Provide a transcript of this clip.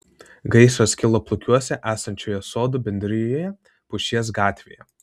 gaisras kilo plukiuose esančioje sodų bendrijoje pušies gatvėje